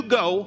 go